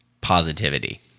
positivity